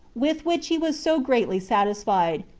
with which he was so greatly satisfied,